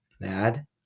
Nad